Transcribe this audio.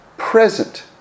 present